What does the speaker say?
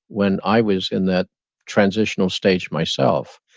when i was in that transitional stage myself.